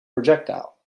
projectile